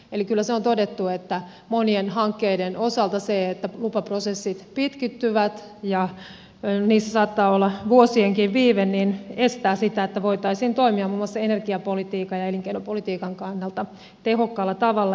eli kyllä se on todettu että monien hankkeiden osalta se että lupaprosessit pitkittyvät ja niissä saattaa olla vuosienkin viive estää sitä että voitaisiin toimia muun muassa energiapolitiikan ja elinkeinopolitiikan kannalta tehokkaalla tavalla